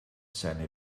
seine